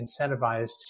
incentivized